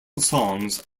songs